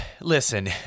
listen